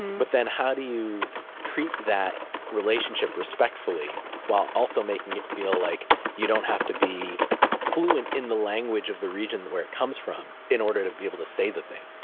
but then how do you treat that relationship respectfully while also making it feel like you don't have to be fluent in the language of the region where it comes from in order to be able to say the thing?